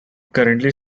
currently